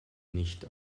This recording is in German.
nicht